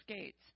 gates